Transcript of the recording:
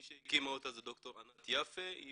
מי שהקימה אותה זה ד"ר ענת יפה, היא